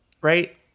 right